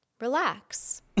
relax